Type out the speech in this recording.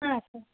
ಹಾಂ ಸರಿ